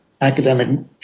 academic